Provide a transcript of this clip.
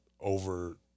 over